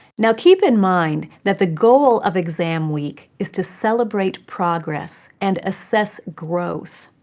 now, keep in mind that the goal of exam week is to celebrate progress and assess growth.